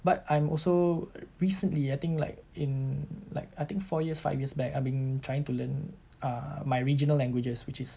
but I'm also recently I think like in like I think four years five years back I've being trying to learn ah my regional languages which is